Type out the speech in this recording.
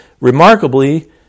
remarkably